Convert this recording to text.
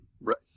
Right